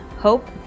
Hope